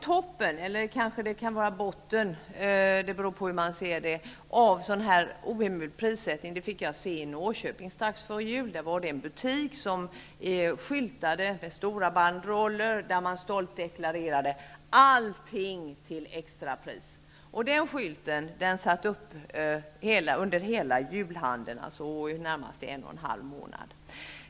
Toppen, eller kanske botten beroende på hur man ser det, av det här orimliga prissättningssystemet fick jag se i Norrköping strax före jul. En butik där skyltade med stora banderoller där det stolt deklarerades: Allt till extrapris. Den skylten satt uppe under hela julhandeln, alltså närmast en och en halv månad.